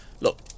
Look